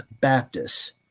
Baptists